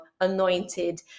anointed